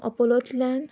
आपोलोंतल्यान